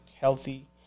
healthy